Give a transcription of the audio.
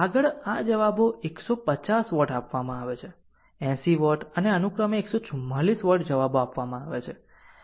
આગળ આ જવાબો 150 વોટ આપવામાં આવે છે 80 વોટ અને અનુક્રમે 144 વોટ જવાબો આપવામાં આવ્યા છે